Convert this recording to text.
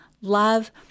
love